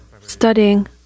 studying